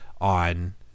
on